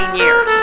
years